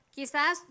Quizás